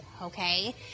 okay